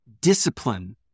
discipline